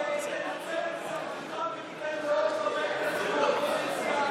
שתנצל את סמכותך ותיתן לעוד חברי כנסת מהאופוזיציה מסגרת זמן,